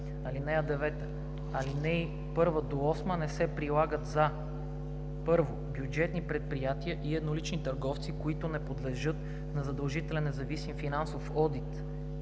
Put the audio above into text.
„(9) Алинеи 1 – 8 не се прилагат за: 1. бюджетни предприятия и еднолични търговци, които не подлежат на задължителен независим финансов одит;